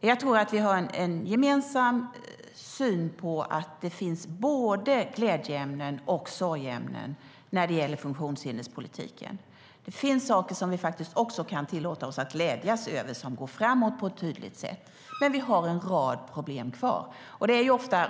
Jag tror att vi har en gemensam syn att det finns både glädjeämnen och sorgeämnen inom funktionshinderspolitiken, Lennart Axelsson. Det finns saker som vi kan tillåta oss att glädjas över och som går framåt på ett tydligt sätt. Men vi har en rad problem kvar.